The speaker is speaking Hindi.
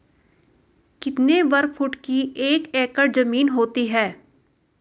कितने वर्ग फुट की एक एकड़ ज़मीन होती है?